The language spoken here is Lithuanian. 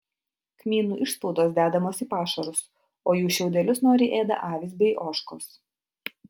kmynų išspaudos dedamos į pašarus o jų šiaudelius noriai ėda avys bei ožkos